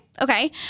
okay